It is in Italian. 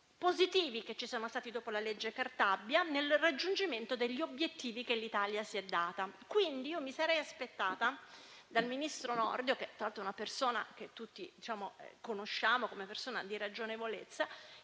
positivi che ci sono stati dopo la legge Cartabia nel raggiungimento degli obiettivi che l'Italia si era data, mi sarei aspettata dal ministro Nordio - che tra l'altro tutti conosciamo come persona ragionevole